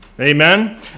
Amen